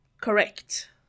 correct